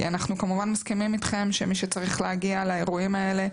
כי אנחנו כמובן מסכימים איתכם שמי שצריך להגיע לאירועים האלה,